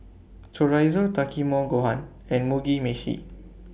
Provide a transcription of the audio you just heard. Chorizo Takikomi Gohan and Mugi Meshi